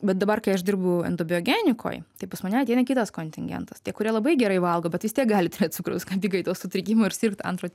bet dabar kai aš dirbu endobiogenikoj tai pas mane ateina kitas kontingentas tie kurie labai gerai valgo bet vis tiek gali turėt cukraus apykaitos sutrikimą ir sirgt antro